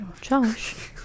Josh